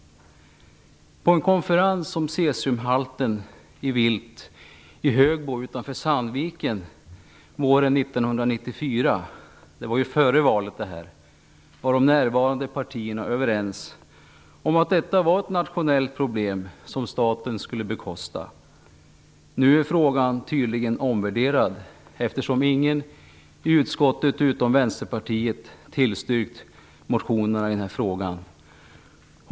På en konferens om cesiumhalten i vilt i Högbo utanför Sandviken våren 1994 - det var före valet - var de närvarande partierna överens om att detta var ett nationellt problem och att staten skulle stå för kostnaderna. Nu är frågan tydligen omvärderad, eftersom ingen i utskottet utom Vänsterpartiet har tillstyrkt motionerna i den här frågan.